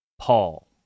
Paul